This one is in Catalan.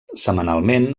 setmanalment